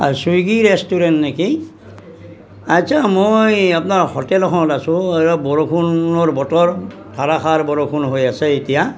অঁ Swiggy restaurant নেকি আচ্ছা মই আপোনাৰ হোটেল এখনত আছোঁ বৰষুণৰ বতৰ ধাৰাষাৰ বৰষুণ হৈ আছে এতিয়া